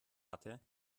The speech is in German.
hatte